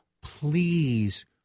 please